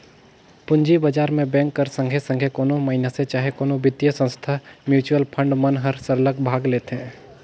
पूंजी बजार में बेंक कर संघे संघे कोनो मइनसे चहे कोनो बित्तीय संस्था, म्युचुअल फंड मन हर सरलग भाग लेथे